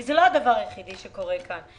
כי זה לא הדבר היחידי שקורה כאן.